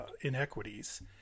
inequities